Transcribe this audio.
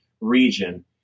region